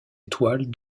étoile